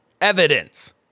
evidence